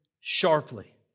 sharply